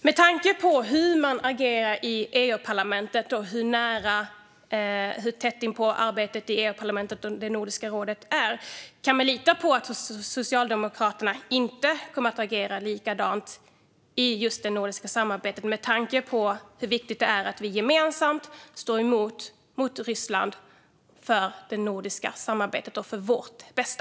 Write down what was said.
Med tanke på hur man agerar i EU-parlamentet och hur tätt inpå arbetet i EU-parlamentet Nordiska rådet är, kan vi då lita på att Socialdemokraterna inte kommer att agera likadant i just det nordiska samarbetet med tanke på hur viktigt det är att vi gemensamt står emot Ryssland för det nordiska samarbetet och för vårt bästa?